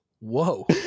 Whoa